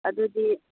ꯑꯗꯨꯗꯨꯤ